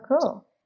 cool